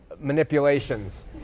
manipulations